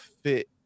fit